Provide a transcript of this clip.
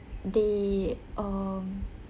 they um